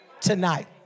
tonight